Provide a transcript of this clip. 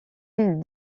île